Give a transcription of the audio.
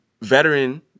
veteran